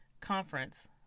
conference